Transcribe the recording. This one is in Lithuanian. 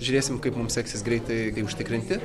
žiūrėsim kaip mums seksis greitai užtikrinti